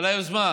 על היוזמה.